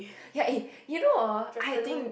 ya eh you know orh I don't